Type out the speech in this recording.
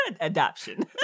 Adoption